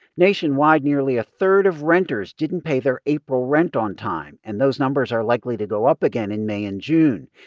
nationwide, nearly a third of renters didn't pay their april rent on time, and those numbers are likely to go up again in may and june.